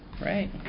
Right